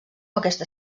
aquesta